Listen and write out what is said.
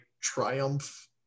triumph